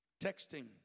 Texting